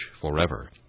forever